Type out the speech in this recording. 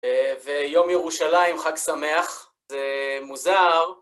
ויום ירושלים, חג שמח, זה מוזר